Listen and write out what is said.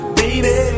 baby